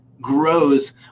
grows